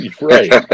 right